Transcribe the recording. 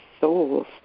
souls